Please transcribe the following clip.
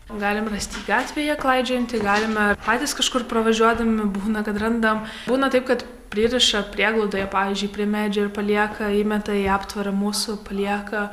galim rast jį gatvėje klaidžiojantį galime patys kažkur pravažiuodami būna kad randam būna taip kad pririša prieglaudoje pavyzdžiui prie medžio ir palieka įmeta į aptvarą mūsų palieka